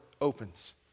opens